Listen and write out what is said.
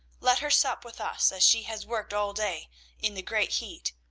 let her sup with us, as she has worked all day in the great heat.